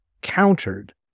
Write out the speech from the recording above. countered